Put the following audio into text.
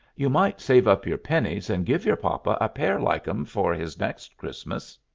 you might save up your pennies and give your papa a pair like em for his next christmas.